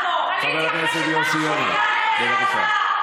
חבר הכנסת יוסי יונה, בבקשה.